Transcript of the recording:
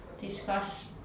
discuss